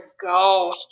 go